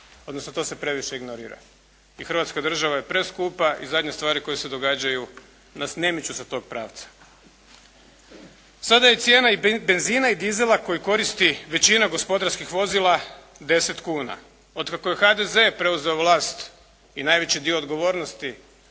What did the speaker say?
odnosno to se previše ignorira i Hrvatska država je preskupa i zadnje stvari koje se događaju nas ne miču sa toga pravca. Sada je cijena i benzina i dizela koji koristi većina gospodarskih vozila 10 kuna. Od kako je HDZ preuzeo vlast i najveći dio odgovornosti